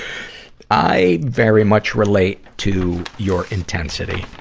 i very much relate to your intensity.